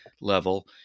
level